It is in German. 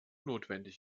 notwendig